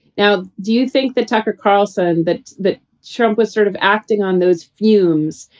now, do you think that, tucker carlson, that that trump was sort of acting on those fumes?